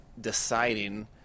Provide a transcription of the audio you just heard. deciding